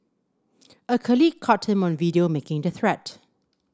a colleague caught him on video making the threat